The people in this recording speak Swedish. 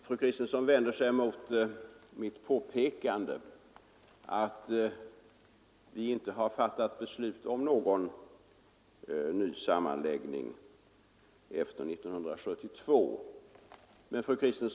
Fru Kristensson vänder sig mot mitt påpekande att vi inte efter 1972 har fattat beslut om någon ny sammanläggning.